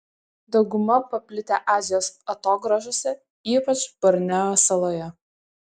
dauguma paplitę azijos atogrąžose ypač borneo saloje